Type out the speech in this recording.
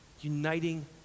uniting